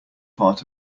part